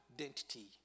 identity